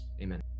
Amen